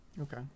Okay